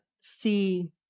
see